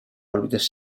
òrbites